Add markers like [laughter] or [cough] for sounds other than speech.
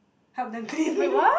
help them clean [laughs]